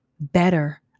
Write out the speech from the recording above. better